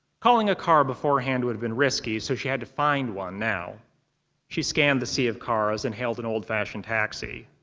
calling a car beforehand would have been risky, so she had to find one now she scanned the sea of cars and hailed an old-fashioned taxi.